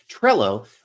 Trello